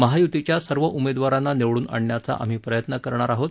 महायुतीच्या सर्व उमेदवारांना निवडून आणण्याचा आम्ही प्रयत्न करणार आहोत